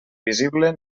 visible